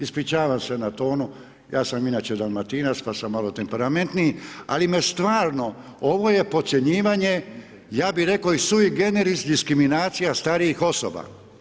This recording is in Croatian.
Ispričavam se na tonu ja sam inače dalmatinac pa sam malo temperamentniji ali me stvarno, ovo je podcjenjivanje, ja bih rekao i sui generis diskriminacija starijih osoba.